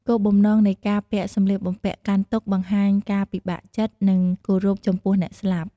គោលបំណងនៃការពាក់សម្លៀកបំពាក់កាន់ទុក្ខបង្ហាញការពិបាកចិត្ត និងគោរពចំពោះអ្នកស្លាប់។